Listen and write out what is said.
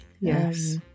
yes